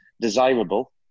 desirable